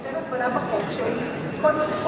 תן הגבלה בחוק שכל פסיכולוג,